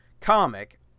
comic